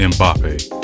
Mbappe